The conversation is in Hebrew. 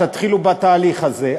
תתחילו בתהליך הזה.